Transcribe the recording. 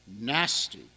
nasty